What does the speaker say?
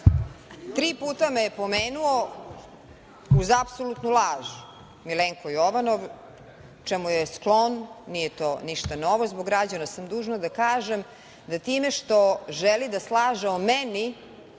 tri puta me je pomenuo uz apsolutnu laž Milenko Jovanov čemu je sklon, nije to ništa novo, zbog građana sam dužna da kažem da time što želi da slaže o meni